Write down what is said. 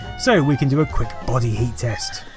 so we can do a quick body heat test.